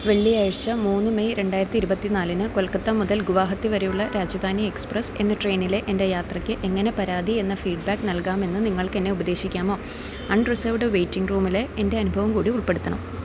വെള്ളിയാഴ്ച മൂന്ന് മെയ് രണ്ടായിരത്തി ഇരുപത്തിനാലിന് കൊൽക്കത്ത മുതൽ ഗുവഹത്തി വരെയുള്ള രാജധാനി എക്സ്പ്രസ്സ് എന്ന ട്രെയ്നിലെ എന്റെ യാത്രയ്ക്ക് എങ്ങനെ പരാതി എന്ന ഫീഡ്ബാക്ക് നൽകാമെന്ന് നിങ്ങൾക്കെന്നെ ഉപദേശിക്കാമോ അൺറിസേവ്ഡ് വേയ്റ്റിങ് റൂമിലെ എന്റെ അനുഭവം കൂടി ഉൾപ്പെടുത്തണം